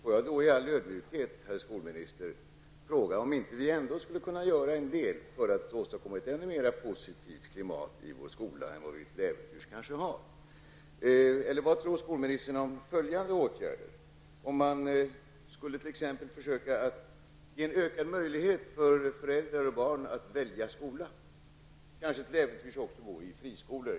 Får jag då i all ödmjukhet, herr skolminister, fråga om vi inte skulle kunna göra en del för att åstadkomma ett ännu positivare klimat i vår skola än vad vi kanske har i dag. Vad tror skolministern om följande åtgärder? Man skulle t.ex. kunna försöka att ge en ökad möjlighet för föräldrar och barn att välja skola och kanske även att gå i friskolor.